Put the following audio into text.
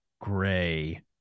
gray